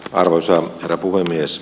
arvoisa herra puhemies